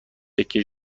تکه